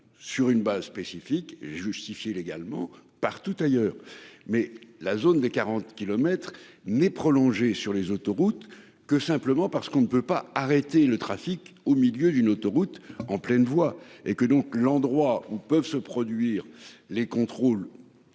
sur une base spécifique justifier légalement partout ailleurs. Mais la zone des 40 kilomètres n'prolongé sur les autoroutes que simplement parce qu'on ne peut pas arrêter le trafic au milieu d'une autoroute en pleine voie et que donc l'endroit où peuvent se produire les contrôles.